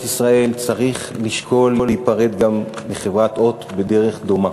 ישראל צריך לשקול להיפרד מחברת "הוט" בדרך דומה.